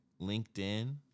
LinkedIn